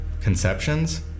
conceptions